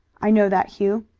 i know that, hugh.